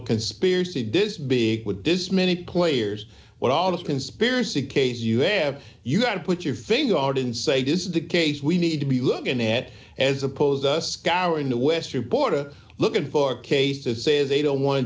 conspiracy does big with this many players what all this conspiracy case you have you got to put your finger out and say this is the case we need to be looking at as opposed to us scouring the western border looking for cases say they don't want